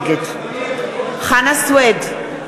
נגד חנא סוייד,